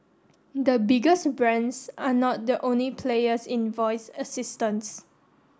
the biggest brands are not the only players in voice assistants